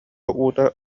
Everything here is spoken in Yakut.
уута